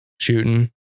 shooting